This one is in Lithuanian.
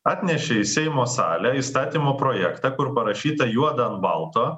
atnešė į seimo salę įstatymo projektą kur parašyta juoda ant balto